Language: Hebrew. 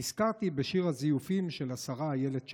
נזכרתי בשיר הזיופים של השרה אילת שקד: